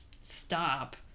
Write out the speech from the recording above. stop